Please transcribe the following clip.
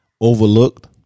overlooked